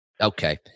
Okay